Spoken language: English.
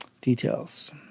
details